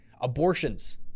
Abortions